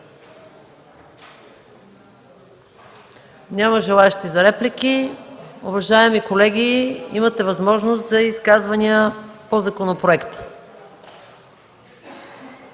Няма желаещи за реплики. Уважаеми колеги, имате възможност за изказвания по законопроекта.